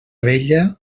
vella